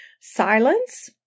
silence